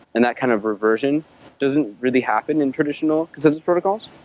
and that kind of reversion doesn't really happen in traditional consensus protocols,